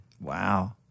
Wow